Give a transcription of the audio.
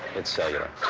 it's cellular.